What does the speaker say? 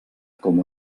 com